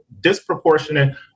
disproportionate